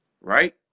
right